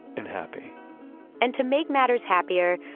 and happy and to make matters happier,